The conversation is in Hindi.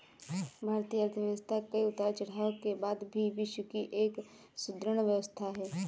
भारतीय अर्थव्यवस्था कई उतार चढ़ाव के बाद भी विश्व की एक सुदृढ़ व्यवस्था है